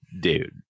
dude